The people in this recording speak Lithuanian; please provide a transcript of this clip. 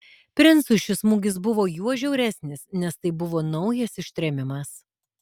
princui šis smūgis buvo juo žiauresnis nes tai buvo naujas ištrėmimas